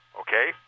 okay